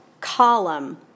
column